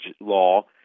law